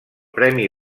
premi